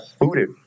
booted